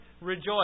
rejoice